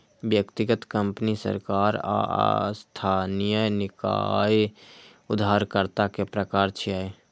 व्यक्तिगत, कंपनी, सरकार आ स्थानीय निकाय उधारकर्ता के प्रकार छियै